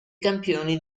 campioni